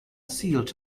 sealed